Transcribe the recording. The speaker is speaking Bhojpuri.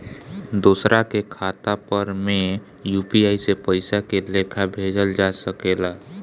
दोसरा के खाता पर में यू.पी.आई से पइसा के लेखाँ भेजल जा सके ला?